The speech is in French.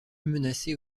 menacée